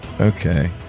okay